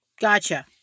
Gotcha